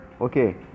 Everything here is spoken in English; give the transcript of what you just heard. okay